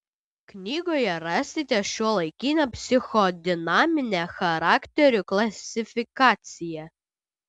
knygoje rasite šiuolaikinę psichodinaminę charakterių klasifikaciją